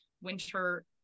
winter